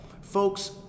folks